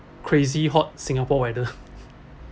crazy hot singapore weather